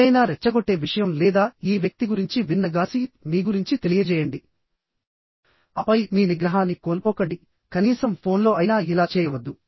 ఏదైనా రెచ్చగొట్టే విషయం లేదా ఈ వ్యక్తి గురించి విన్న గాసిప్ మీ గురించి తెలియజేయండి ఆపై మీ నిగ్రహాన్ని కోల్పోకండికనీసం ఫోన్లో అయినా ఇలా చేయవద్దు